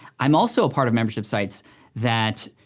i'm also a part of membership sites that,